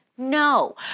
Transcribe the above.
No